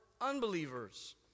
unbelievers